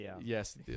Yes